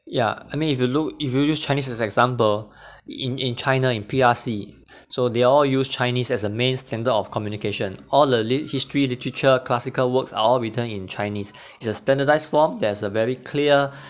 yeah I mean if you look if you use chinese as example in in china in P_R_C so they all use chinese as a main standard of communication all the li~ history literature classical works are all written in chinese is a standardised formed that's a very clear